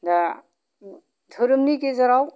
दा धोरोमनि गेजेराव